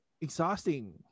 exhausting